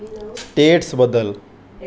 टेट्स बदल